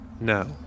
No